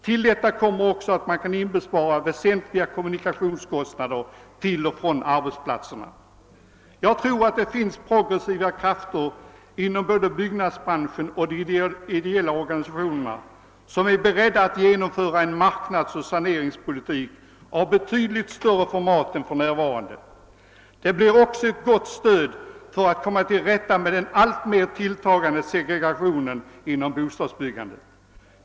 Till detta kommer också att man kan inbespara väsentliga kommunikationskostnader till och från arbetsplatserna. Jag tror att det finns progressiva krafter inom både byggnadsbranschen och de ideella organisationerna som är beredda att genomföra en marknadsoch saneringspolitik av betydligt större format än för närvarande. Det blir också ett gott stöd för att komma till rätta med den alltmer tilltagande segregationen inom bostadsbyggandet.